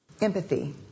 Empathy